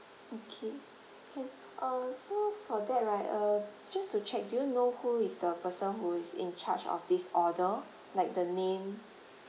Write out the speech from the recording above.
okay can uh so for that right uh just to check do you know who is the person who is in charge of this order like the name